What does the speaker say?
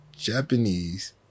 Japanese